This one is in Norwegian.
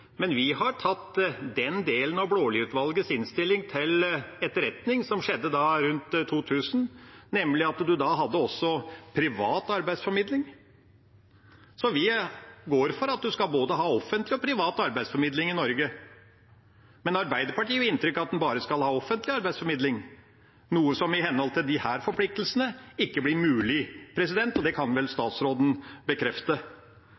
men vi har tatt til etterretning den delen av Blaalid-utvalgets innstilling som skjedde rundt 2000, nemlig at en da også hadde privat arbeidsformidling. Vi går for at en skal ha både offentlig og privat arbeidsformidling i Norge, men Arbeiderpartiet gir jo inntrykk av at en skal ha bare offentlig arbeidsformidling, noe som i henhold til disse forpliktelsene ikke blir mulig. Det kan vel statsråden bekrefte.